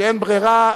שאין ברירה,